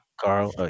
Carl